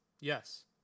Yes